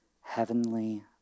heavenly